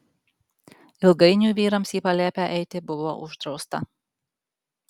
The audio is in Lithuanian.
ilgainiui vyrams į palėpę eiti buvo uždrausta